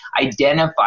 identify